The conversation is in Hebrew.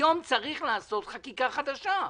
היום צריך לעשות חקיקה חדשה.